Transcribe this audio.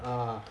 ah